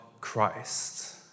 Christ